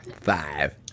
five